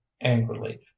angrily